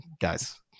guys